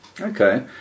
Okay